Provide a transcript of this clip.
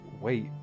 wait